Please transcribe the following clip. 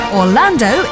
orlando